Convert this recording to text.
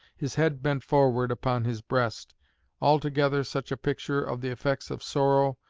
his head bent forward upon his breast altogether such a picture of the effects of sorrow,